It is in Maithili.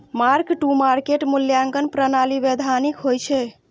मार्क टू मार्केट मूल्यांकन प्रणाली वैधानिक होइ छै